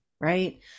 right